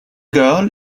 girl